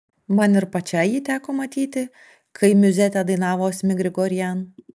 man ir pačiai jį teko matyti kai miuzetę dainavo asmik grigorian